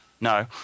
No